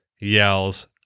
yells